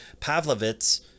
Pavlovitz